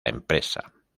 empresa